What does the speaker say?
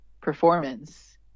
performance